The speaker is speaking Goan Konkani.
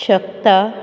शकता